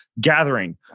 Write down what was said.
Gathering